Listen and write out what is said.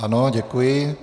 Ano, děkuji.